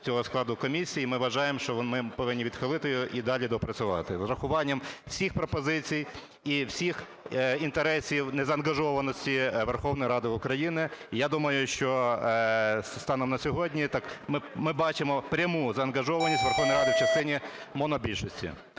цього складу комісії. І ми вважаємо, що вони повинні відхилити його і далі доопрацювати з урахуванням всіх пропозицій і всіх інтересів незаангажованості Верховної Ради України. І я думаю, що станом на сьогодні ми бачимо пряму заангажованість Верховної Ради в частині монобільшості.